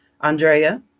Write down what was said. Andrea